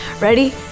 Ready